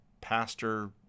pastor